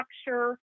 structure